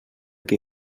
qui